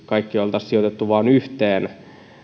kaikki oltaisiin sijoitettu vain yhteen